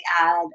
add